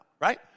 right